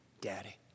Daddy